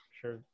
sure